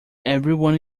everyone